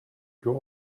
girl